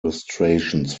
illustrations